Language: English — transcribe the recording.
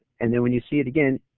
and then when you see it again,